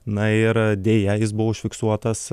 na ir deja jis buvo užfiksuotas